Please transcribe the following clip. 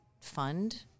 fund